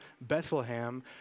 Bethlehem